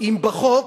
אם בחוק,